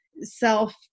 self